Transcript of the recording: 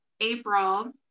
April